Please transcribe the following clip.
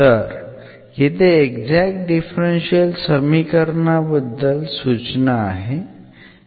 तर येथे exact differential समीकरणाबद्दल सूचना आहे